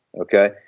okay